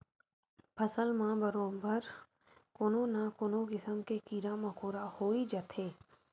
फसल म बरोबर कोनो न कोनो किसम के कीरा मकोरा होई जाथे